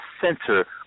center